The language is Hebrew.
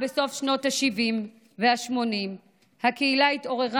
בסוף שנות השבעים והשמונים הקהילה התעוררה,